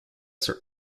sir